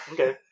Okay